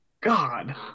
God